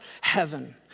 heaven